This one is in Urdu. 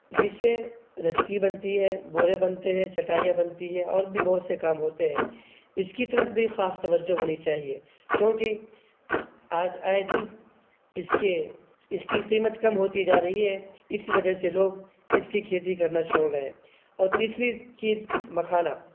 جس سے رسی بنتی ہے بورے بنتے ہیں چٹائیاں بنتی ہیں اور بھی بہت سے کام ہوتے ہیں اس کی طرف بھی خاص توجہ ہونی چاہیے کیوںکہ آئے دن اس کے اس کی قیمت کم ہوتی جا رہی ہے اس وجہ سے لوگ اس کی کھیتی کرنا چھوڑ رہے ہیں اور تیسری چیز مکھانا